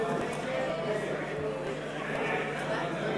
משה גפני ויעקב